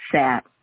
sat